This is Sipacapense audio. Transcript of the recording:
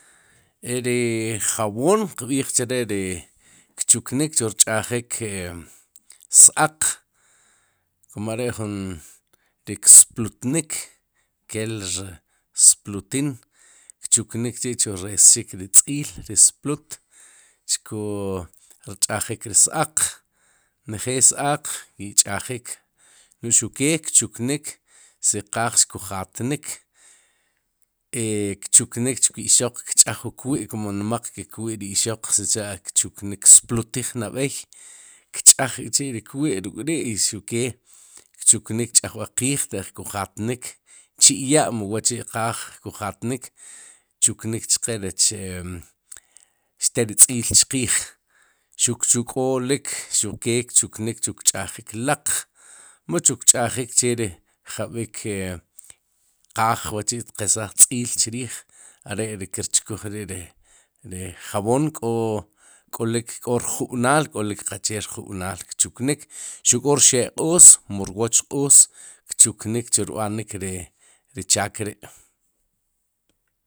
Eri jab'oom kb'iij chre ri kchuknik chu rch'ajik s-aaq kum are'jun ri ksplutnik, kerl splutin, kchuknik chi'chu resik ri tz'iil ri splut, chku rch'ajik ri s-aaq njeel s-aaq ki'kch'ajik no'j xuke kchuknik siqaaj xku jatnik, e kchuknik chuku ixoq, kch'aj wu kwi'kum inmaq, ke kwi'ri ixoq, sicha' splutij nab'ey kch'aj k'chi'ri kwi'ruk'ri'xukee kchuknik ch'ajb'al qiij taq kuj atnik, chi'ya'mu wa'chi' qaaj kuj atnik kchuknik chqe rech e xtel ri tz'iil chqiij, xuq xu kólik xuqke kchuknik chu rch'ajik laq mu chu kch'ajik cheri jab'ik e qaaj wachi'tiqesaj tz'iil chriij are ri kirchkuj ri jaboom kó k'olik k'o rjub'naal k'olik qaqchee rjub'naal kchuknik, xuq k'o rxe'q'oos mu rwoch q'oos kchuknik chu rb'anik ri chaak ri'.